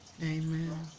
Amen